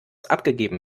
abgegeben